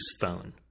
phone